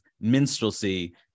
minstrelsy